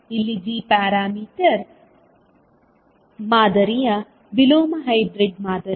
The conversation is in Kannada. ಇಲ್ಲಿ g ಪ್ಯಾರಾಮೀಟರ್ ಮಾದರಿಯ ವಿಲೋಮ ಹೈಬ್ರಿಡ್ ಮಾದರಿ